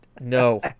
No